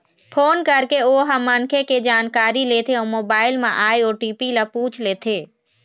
phone करके ओ ह मनखे के जानकारी लेथे अउ मोबाईल म आए ओ.टी.पी ल पूछ लेथे